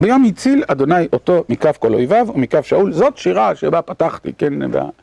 ביום הציל אדוני אותו מכף כל אויביו, ומכף שאול, זאת שירה שבה פתחתי, כן, ו...